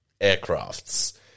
aircrafts